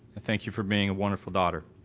thank you for being a wonderful daughter.